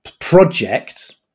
project